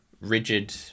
rigid